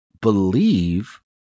believe